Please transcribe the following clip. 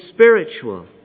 spiritual